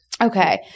okay